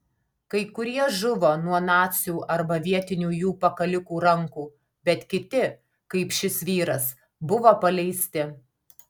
kai kurie žuvo nuo nacių arba vietinių jų pakalikų rankų bet kiti kaip šis vyras buvo paleisti